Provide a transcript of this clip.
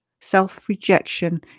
Self-rejection